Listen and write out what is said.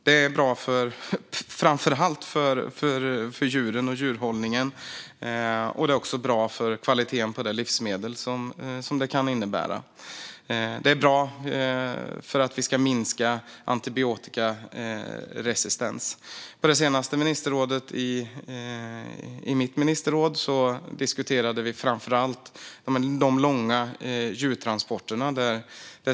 Detta är bra framför allt för djuren och djurhållningen, och det är också bra för kvaliteten på livsmedel. Det är bra för att minska antibiotikaresistens. På det senaste ministerrådet diskuterade vi framför allt de långa djurtransporterna.